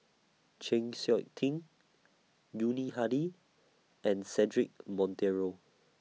Chng Seok Tin Yuni Hadi and Cedric Monteiro